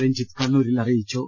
രഞ്ജിത്ത് കണ്ണൂരിൽ അറിയിച്ചു